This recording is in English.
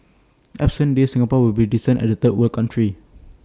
absent these Singapore will be descend A third world country